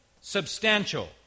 substantial